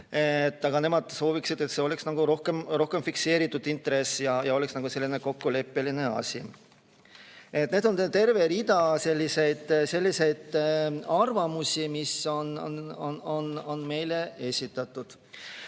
aga sooviksid, et oleks rohkem fikseeritud intress ja see oleks kokkuleppeline asi. Need on terve rida selliseid arvamusi, mis on meile esitatud.